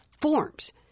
Forms